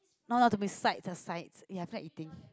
no no to beside the side ya quite eating